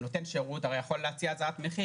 נותן שירות יכול להציע הצעת מחיר